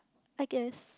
I guess